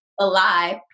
alive